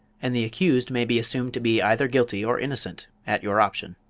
and the accused may be assumed to be either guilty or innocent, at your option.